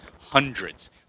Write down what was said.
hundreds